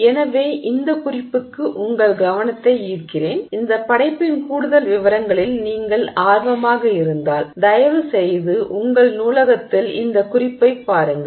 எனவே இந்த குறிப்புக்கு உங்கள் கவனத்தை ஈர்க்கிறேன் இந்த படைப்பின் கூடுதல் விவரங்களில் நீங்கள் ஆர்வமாக இருந்தால் தயவுசெய்து உங்கள் நூலகத்தில் இந்த குறிப்பைப் பாருங்கள்